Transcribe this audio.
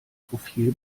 profil